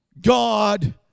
God